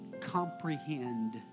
comprehend